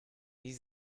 sie